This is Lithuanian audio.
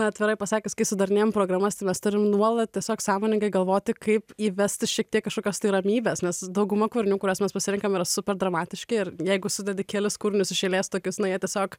atvirai pasakius kai sudarinėjam programas tai mes turim nuolat tiesiog sąmoningai galvoti kaip įvesti šiek tiek kažkokios tai ramybės nes dauguma kūrinių kuriuos mes pasirenkame yra super dramatiški ir jeigu sudedi kelis kūrinius iš eilės tokius nu jie tiesiog